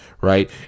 right